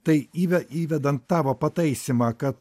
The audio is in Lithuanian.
tai įve įvedant tavo pataisymą kad